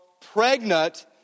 pregnant